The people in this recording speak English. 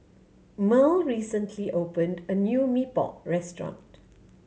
Mearl recently opened a new Mee Pok restaurant